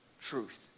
truth